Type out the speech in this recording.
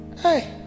hey